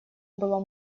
было